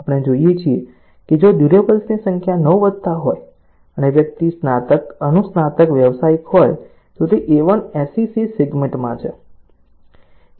આપણે જોઈએ છીએ કે જો ડ્યુરેબલ્સની સંખ્યા 9 વત્તા હોય અને વ્યક્તિ સ્નાતક અનુસ્નાતક વ્યાવસાયિક હોય તો તે A1 SEC સેગમેન્ટમાં છે